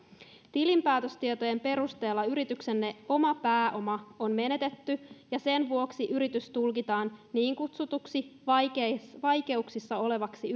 tilinpäätöstietojen perusteella yrityksenne oma pääoma on menetetty ja sen vuoksi yritys tulkitaan niin kutsutuksi vaikeuksissa olevaksi